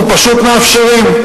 אנחנו פשוט מאפשרים.